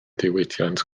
diwydiant